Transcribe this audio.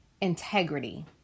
Integrity